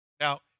Now